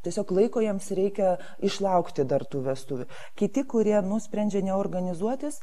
tiesiog laiko jiems reikia išlaukti dar tų vestuvių kiti kurie nusprendžia ne organizuotis